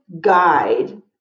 guide